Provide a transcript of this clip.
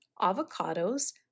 avocados